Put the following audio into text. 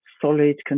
Solid